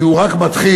כי הוא רק מתחיל,